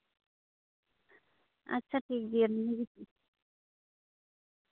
ᱟᱪᱪᱷᱟ ᱴᱷᱤᱠᱜᱮᱭᱟ ᱱᱤᱭᱟᱹ ᱜᱮᱛᱚ